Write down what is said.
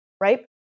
Right